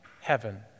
heaven